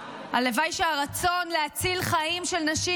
הלוואי שהרצון להציל חיים של נשים